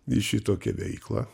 į šitokią veiklą